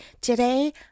Today